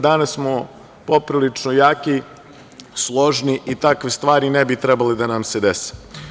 Danas smo poprilično jaki, složni i takve stvari ne bi trebale da nam se dese.